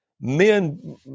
Men